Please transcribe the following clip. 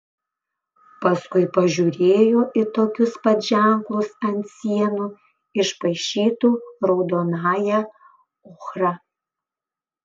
paskui pažiūrėjo į tokius pat ženklus ant sienų išpaišytų raudonąja ochra